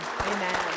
Amen